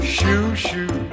Shoo-shoo